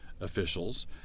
officials